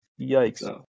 yikes